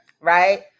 right